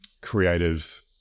creative